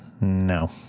No